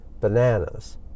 bananas